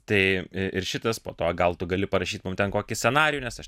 tai ir šitas po to gal tu gali parašyt mums ten kokį scenarijų nes aš